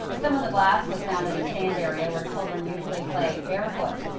ah some of the glass was found in the sand area where children usually play barefoot.